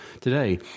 Today